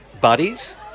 Buddies